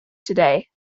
today